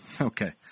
Okay